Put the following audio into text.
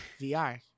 VR